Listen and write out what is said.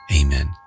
Amen